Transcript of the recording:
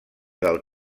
del